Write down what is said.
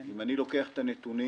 אם אני לוקח את הנתונים,